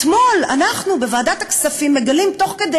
אתמול אנחנו בוועדת הכספים מגלים תוך כדי